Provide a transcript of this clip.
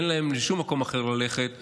שאין להן שום מקום אחר ללכת אליו,